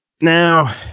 now